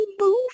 move